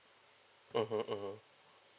mmhmm mmhmm